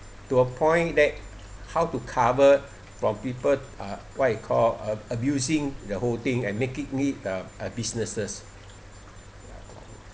to a point that how to cover from people uh what you call uh abusing the whole thing and making it uh businesses